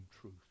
truth